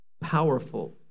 powerful